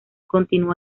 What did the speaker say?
continuó